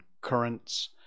currents